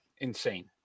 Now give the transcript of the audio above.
Insane